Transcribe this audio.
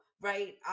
Right